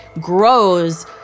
grows